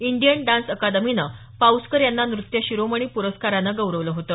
Indian dance अकादमीनं पाऊसकर यांना नृत्यशिरोमणी प्रस्कारानं गौरवलं होतं